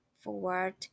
forward